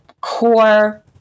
core